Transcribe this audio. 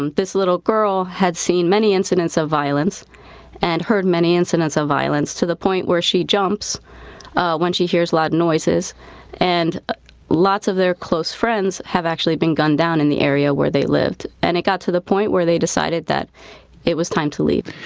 um this little girl had seen many incidents of violence and heard many incidents of violence to the point where she jumps when she hears loud noises and lots of their close friends have actually been gunned down in the area where they lived. and it got to the point where they decided that it was time to leave.